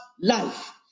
life